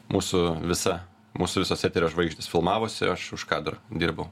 mūsų visa mūsų visos eterio žvaigždės filmavosi o aš už kadro dirbau